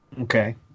Okay